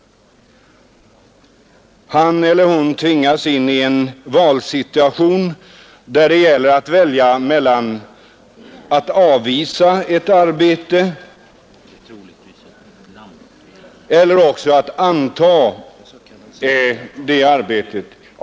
Han eller hon tvingas in i en valsituation där det gäller att välja mellan att avvisa ett arbete eller att anta arbetet.